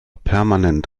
permanent